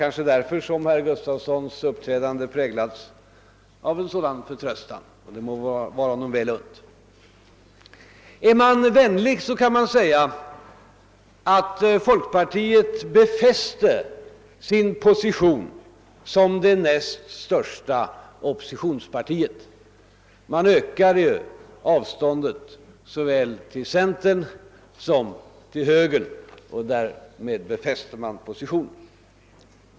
Kanske var det därför som herr Gustafsons uppträdande präglades av en sådan förtröstan — som må vara honom väl unnad. Om man är vänlig kan man säga att folkpartiet befäste sin position som det näst största oppositionspartiet. Man ökade ju avståndet såväl till centern som till moderata samlingspartiet, och därmed befäste man sin position.